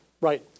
Right